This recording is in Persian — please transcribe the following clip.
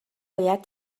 باید